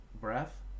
breath